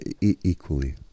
equally